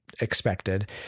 expected